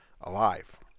alive